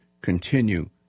continue